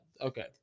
okay